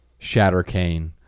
Shattercane